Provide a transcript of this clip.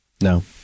No